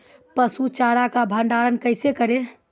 पसु चारा का भंडारण कैसे करें?